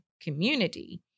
community